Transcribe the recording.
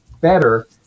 better